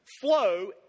flow